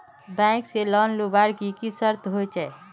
Bank से loan लुबार की की शर्त होचए?